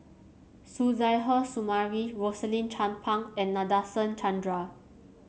Suzairhe Sumari Rosaline Chan Pang and Nadasen Chandra